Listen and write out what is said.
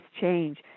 change